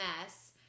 Mess